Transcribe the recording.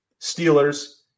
Steelers